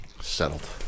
settled